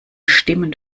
stimmen